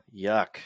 yuck